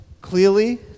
clearly